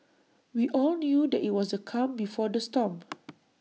we all knew that IT was the calm before the storm